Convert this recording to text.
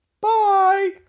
Bye